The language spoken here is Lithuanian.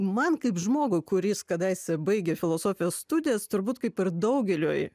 man kaip žmogui kuris kadaise baigė filosofijos studijas turbūt kaip ir daugeliui